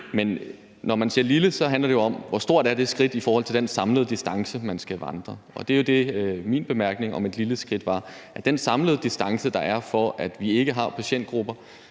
Men når man siger lille, handler det jo om, hvor stort det skridt er i forhold til den samlede distance, man skal vandre. Og det er jo det, min bemærkning om et lille skridt betød, altså at den samlede distance, der er, for at vi ikke har patientgrupper,